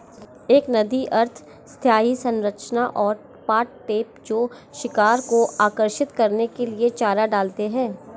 एक नदी अर्ध स्थायी संरचना और पॉट ट्रैप जो शिकार को आकर्षित करने के लिए चारा डालते हैं